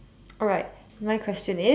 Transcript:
alright my question is